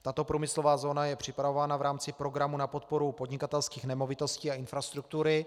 Tato průmyslová zóna je připravována v rámci programu na podporu podnikatelských nemovitostí a infrastruktury.